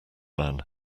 man